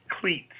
cleats